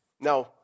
Now